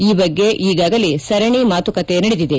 ಈ ಬಗ್ಗೆ ಈಗಾಗಲೇ ಸರಣಿ ಮಾತುಕತೆ ನಡೆದಿದೆ